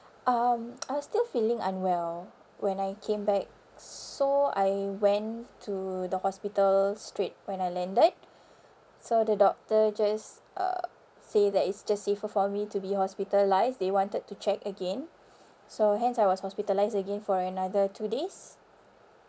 um I was still feeling unwell when I came back so I went to the hospital straight when I landed so the doctor just uh say that it's just safer for me to be hospitalised they wanted to check again so hence I was hospitalised again for another two days